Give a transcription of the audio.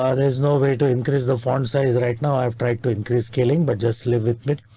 ah there's no way to increase the font size right now. i've tried to increase scaling but just live with it.